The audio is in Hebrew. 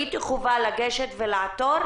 שראיתי חובה לעתור,